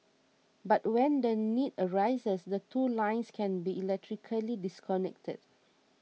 but when the need arises the two lines can be electrically disconnected